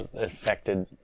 affected